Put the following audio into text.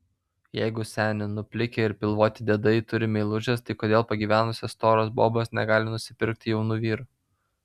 jeigu seni nuplikę ir pilvoti diedai turi meilužes tai kodėl pagyvenusios storos bobos negali nusipirkti jaunų vyrų